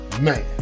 Man